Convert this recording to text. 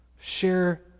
Share